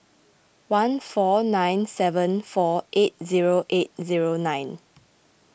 one four nine seven four eight zero eight zero nine